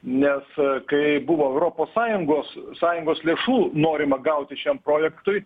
nes kai buvo europos sąjungos sąjungos lėšų norima gauti šiam projektui